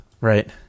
right